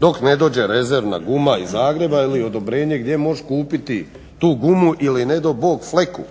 dok ne dođe rezervna guma iz Zagreba ili odobrenje gdje možeš kupiti tu gumu ili nedo Bog fleku